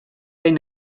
hain